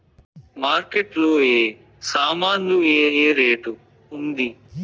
Market లో ఏ ఏ సామాన్లు ఏ ఏ రేటు ఉంది?